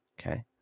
Okay